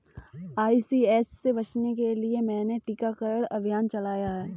ICH से बचने के लिए मैंने टीकाकरण अभियान चलाया है